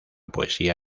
poesía